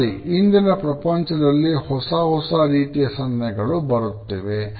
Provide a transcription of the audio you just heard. ಇಂದಿನ ಪ್ರಪಂಚದಲ್ಲಿ ಹೊಸ ಹೊಸ ರೀತಿಯ ಸನ್ಹೆಗಳು ಬರುತ್ತಿವೆ